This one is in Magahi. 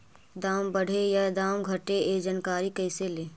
दाम बढ़े या दाम घटे ए जानकारी कैसे ले?